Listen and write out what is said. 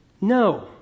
No